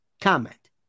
Comment